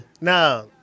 Now